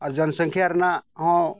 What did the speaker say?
ᱟᱨ ᱡᱚᱱ ᱥᱚᱝᱠᱷᱟ ᱨᱮᱱᱟᱜ ᱦᱚᱸ